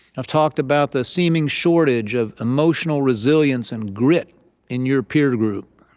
i've talked about the seeming shortage of emotional resilience and grit in your peer group.